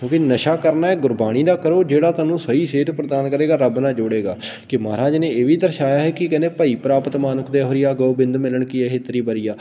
ਕਿਉਂਕਿ ਨਸ਼ਾ ਕਰਨਾ ਹੈ ਗੁਰਬਾਣੀ ਦਾ ਕਰੋ ਜਿਹੜਾ ਤੁਹਾਨੂੰ ਸਹੀ ਸੇਧ ਪ੍ਰਦਾਨ ਕਰੇਗਾ ਰੱਬ ਨਾਲ ਜੋੜੇਗਾ ਕਿ ਮਹਾਰਾਜ ਨੇ ਇਹ ਵੀ ਦਰਸਾਇਆ ਹੈ ਕਿ ਕਹਿੰਦੇ ਭਈ ਪਰਾਪਤਿ ਮਾਨੁਖ ਦੇਹੁਰੀਆ ਗੋਬਿੰਦ ਮਿਲਣ ਕੀ ਇਹ ਤੇਰੀ ਬਰੀਆ